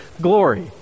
glory